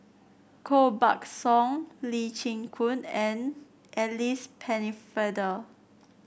Koh Buck Song Lee Chin Koon and Alice Pennefather